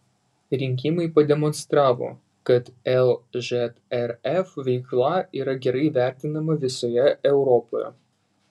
rinkimai pademonstravo kad lžrf veikla yra gerai vertinama visoje europoje